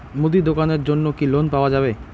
মুদি দোকানের জন্যে কি লোন পাওয়া যাবে?